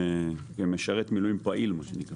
מה שנקרא משרת מילואים פעיל.